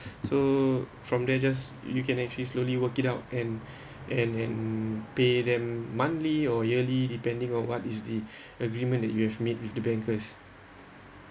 so from there just you can actually slowly work it out and and and pay them monthly or yearly depending on what is the agreement that you've made with the bankers